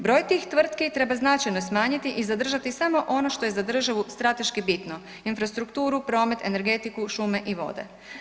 Broj tih tvrtki treba značajno smanjiti i zadržati samo ono što je za državu strateški bitno, infrastrukturu, promet, energetiku, šume i vode.